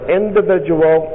individual